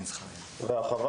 החווה